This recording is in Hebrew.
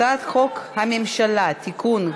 הצעת חוק הממשלה (תיקון,